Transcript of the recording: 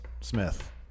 Smith